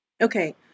Okay